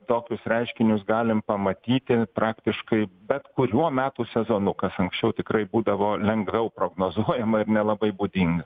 tokius reiškinius galim pamatyti praktiškai bet kuriuo metų sezonu kas anksčiau tikrai būdavo lengviau prognozuojama ir nelabai būdinga